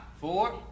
four